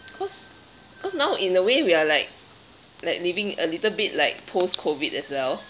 cause cause now in a way we are like like living a little bit like post-COVID as well